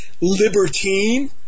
libertine